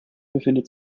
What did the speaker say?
befindet